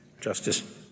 Justice